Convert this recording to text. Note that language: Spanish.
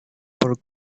por